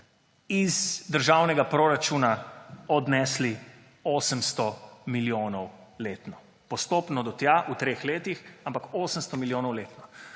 iz državnega proračuna odnesli 800 milijonov letno. Postopno do tja v treh letih, ampak 800 milijonov letno.